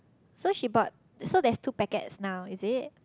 so she bought so there's two packet is now isn't